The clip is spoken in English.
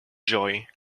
joy